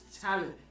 talent